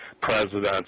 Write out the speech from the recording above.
presidents